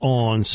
on